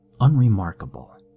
unremarkable